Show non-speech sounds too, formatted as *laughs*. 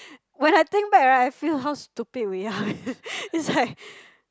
*breath* when I think back ah I feel how stupid we are *laughs* eh is like *laughs*